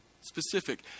specific